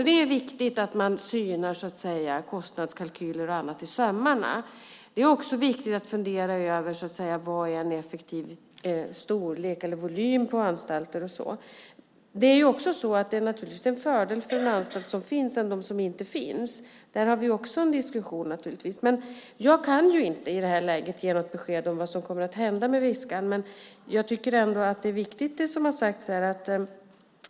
Det är viktigt att man synar kostnadskalkyler och annat i sömmarna. Det är också viktigt att fundera över vad som är en effektiv storlek eller volym på anstalter och så vidare. Det är naturligtvis också en fördel med en anstalt som finns jämfört med en som inte finns. Där har vi också en diskussion, naturligtvis. I det här läget kan jag inte ge något besked om vad som kommer att hända med Viskan. Men jag tycker ändå att det som har sagts här är viktigt.